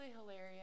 hilarious